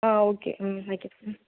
ஆ okay ம் வைக்கிறேன் ம்